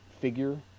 figure